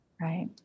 Right